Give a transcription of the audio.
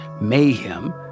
mayhem